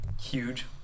huge